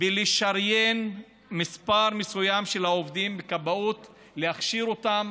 לשריין מספר מסוים של עובדים בכבאות, להכשיר אותם